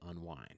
unwind